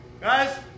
Guys